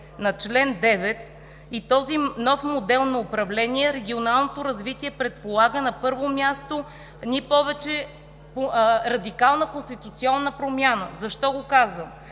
на чл. 9 и този нов модел на управление, регионалното развитие предполага, на първо място, радикална конституционна промяна. Защо го казвам?